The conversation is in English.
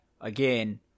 again